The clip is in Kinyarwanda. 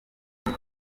muri